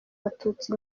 abatutsi